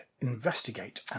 investigate